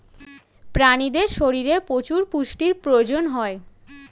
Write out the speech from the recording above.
প্রাণীদের শরীরে প্রচুর পুষ্টির প্রয়োজন হয়